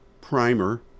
primer